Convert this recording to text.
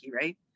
right